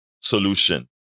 solution